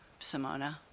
Simona